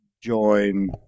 join